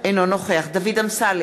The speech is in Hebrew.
אינו נוכח זאב אלקין, אינו נוכח דוד אמסלם,